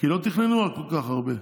כי לא תכננו אז כל כך הרבה,